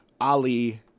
Ali